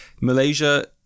Malaysia